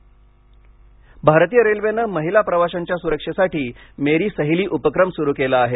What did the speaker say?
railway भारतीय रेल्वेनं महिला प्रवाशांच्या सुरक्षेसाठी मेरी सहेली उपक्रम सुरू केला आहे